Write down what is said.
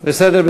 בסדר.